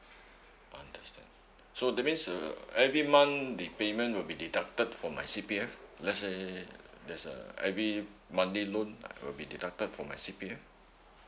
understand so that means uh every month the payment will be deducted from my C_P_F let's say there's a every monthly loan will be deducted from my C_P_F